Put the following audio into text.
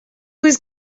was